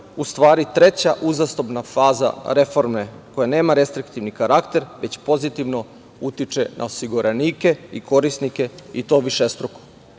u stvari, treća uzastopna faza reforme, koja nema restriktivni karakter, već pozitivno utiče na osiguranike i korisnike, i to višestruko.